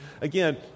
Again